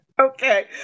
Okay